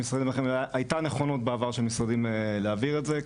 הייתה נכונות בעבר של משרדים להעביר את זה,